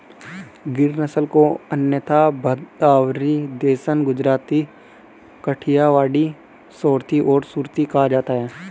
गिर नस्ल को अन्यथा भदावरी, देसन, गुजराती, काठियावाड़ी, सोरथी और सुरती कहा जाता है